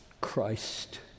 Christ